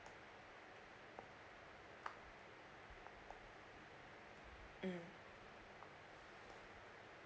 mm